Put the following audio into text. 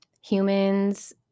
humans